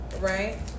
right